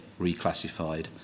reclassified